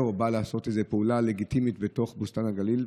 או בא לעשות פעולה לגיטימית בתוך בוסתן הגליל.